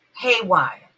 haywire